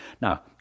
Now